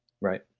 Right